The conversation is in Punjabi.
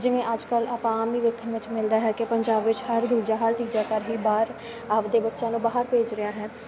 ਜਿਵੇਂ ਅੱਜ ਕੱਲ੍ਹ ਆਪਾਂ ਆਮ ਹੀ ਵੇਖਣ ਵਿੱਚ ਮਿਲਦਾ ਹੈ ਕਿ ਪੰਜਾਬ ਵਿੱਚ ਹਰ ਦੂਜਾ ਹਰ ਤੀਜਾ ਘਰ ਵੀ ਬਾਹਰ ਆਪਦੇ ਬੱਚਿਆਂ ਨੂੰ ਬਾਹਰ ਭੇਜ ਰਿਹਾ ਹੈ